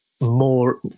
more